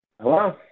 Hello